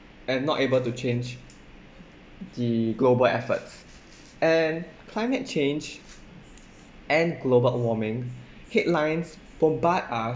and not able to change the global efforts and climate change and global warming headlines provide us